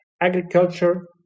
agriculture